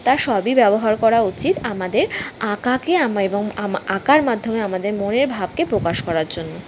তার সবই ব্যবহার করা উচিত আমাদের আঁকাকে আমায় এবং আমা আঁকার মাধ্যমে আমাদের মনের ভাবকে প্রকাশ করার জন্য